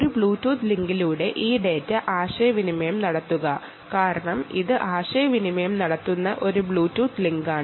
ഒരു ബ്ലൂടൂത്ത് ലിങ്കിലൂടെ ഈ ഡാറ്റ കമ്മ്യൂണിക്കേറ്റ് ചെയ്യുക കാരണം ഇത് കമ്മ്യൂണിക്കേറ്റ് നടത്തുന്ന ഒരു ബ്ലൂടൂത്ത് ലിങ്കാണ്